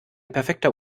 perfekter